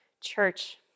Church